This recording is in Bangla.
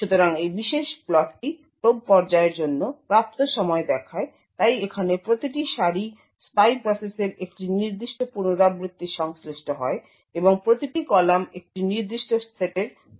সুতরাং এই বিশেষ প্লটটি প্রোব পর্যায়ের জন্য প্রাপ্ত সময় দেখায় তাই এখানে প্রতিটি সারি স্পাই প্রসেসের একটি নির্দিষ্ট পুনরাবৃত্তির সংশ্লিষ্ট হয় এবং প্রতিটি কলাম একটি নির্দিষ্ট সেটের সংশ্লিষ্ট হয়